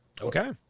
Okay